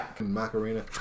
Macarena